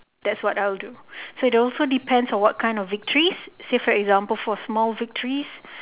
that's what I will do so it also depends on what kind of victories say for example for small victories